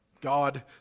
God